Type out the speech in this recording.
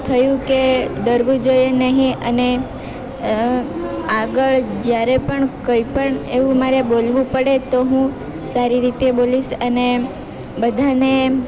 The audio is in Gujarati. થયું કે ડરવું જોઈએ નહીં અને આગળ જ્યારે પણ કંઈ પણ એવું મારે બોલવું પડે તો હું સારી રીતે બોલીશ અને બધાંને